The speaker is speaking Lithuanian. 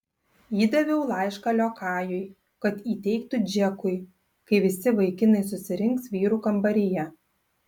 įdaviau laišką liokajui kad įteiktų džekui kai visi vaikinai susirinks vyrų kambaryje